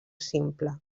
simple